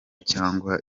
cyangwa